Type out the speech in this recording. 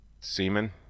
Semen